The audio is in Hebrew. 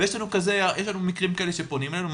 יש לנו מקרים כאלה שפונים אלינו,